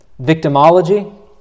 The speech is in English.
Victimology